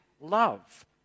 love